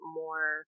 more